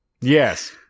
Yes